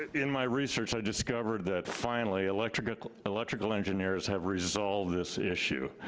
in my research i discovered that finally electrical electrical engineers have resolved this issue.